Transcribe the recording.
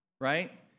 right